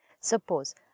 Suppose